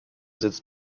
sitzt